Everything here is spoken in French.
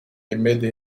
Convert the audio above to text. remède